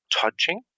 touching